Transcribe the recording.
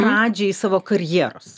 pradžiai savo karjeros